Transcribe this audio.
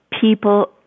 people